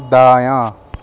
دایاں